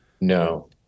No